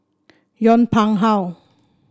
Yong Pung How